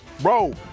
Bro